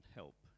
help